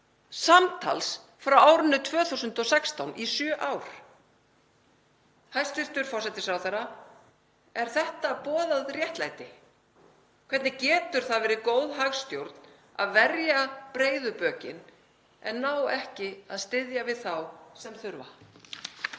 samtals frá árinu 2016 — í sjö ár. Hæstv. forsætisráðherra. Er þetta boðað réttlæti? Hvernig getur það verið góð hagstjórn að verja breiðu bökin en ná ekki að styðja við þá sem þurfa?